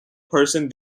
person